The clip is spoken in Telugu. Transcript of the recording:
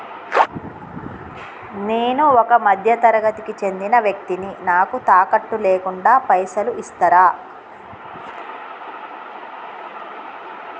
నేను ఒక మధ్య తరగతి కి చెందిన వ్యక్తిని నాకు తాకట్టు లేకుండా పైసలు ఇస్తరా?